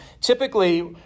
typically